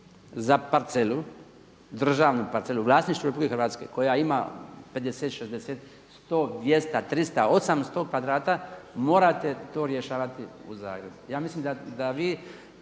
za parcelu, državnu parcelu u vlasništvu RH koja ima 50, 60, 100, 200, 300, 800 kvadrata morate to rješavati u Zagrebu? Ja mislim da vi